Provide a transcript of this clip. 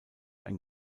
ein